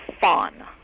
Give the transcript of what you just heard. fun